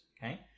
Okay